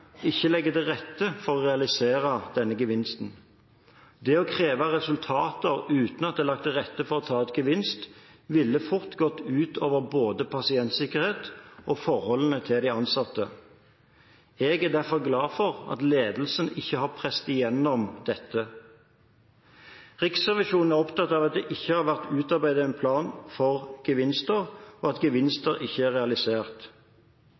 ikke legger til rette for å realisere denne gevinsten. Det å kreve resultater uten at det er lagt til rette for å ta ut gevinst, ville fort gått ut over både pasientsikkerheten og forholdene til de ansatte. Jeg er derfor glad for at ledelsen ikke har presset dette igjennom. Riksrevisjonen er opptatt av at det ikke har vært utarbeidet en plan for gevinster, og at gevinster ikke er realisert.